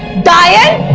died